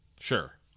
Sure